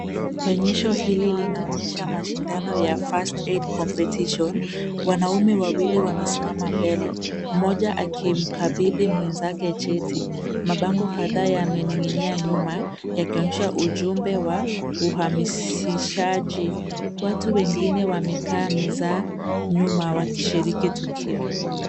Onyesho hii linaonyesha mashindano ya First Aid competition . Wanaume wawili wamesimama mbele mmoja akimkabidhi mwenzake cheti. Mabango kadhaa yamening'inia nyuma yakionyesha ujumbe wa uhamasishaji. Watu wengime wamekaa meza nyuma wakishiriki tukio.